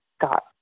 got